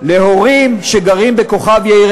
להורים שגרים בכוכב-יאיר,